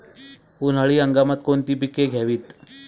उन्हाळी हंगामात कोणती पिके घ्यावीत?